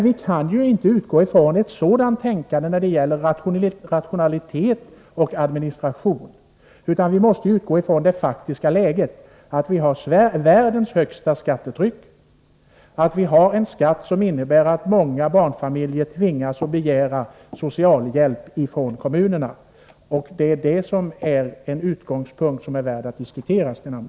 Vi kan dock inte utgå från ett sådant tänkande när det gäller kravet på att vara rationell och kravet på administrationen, utan vi måste utgå från det faktiska läget: Vi har världens högsta skattetryck. Vi har en skatt som innebär att många barnfamiljer tvingas begära socialhjälp från kommunerna. Det är en utgångspunkt som är värd att diskutera, Sten Andersson!